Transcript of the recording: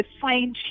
fine